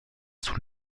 sous